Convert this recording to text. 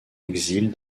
exil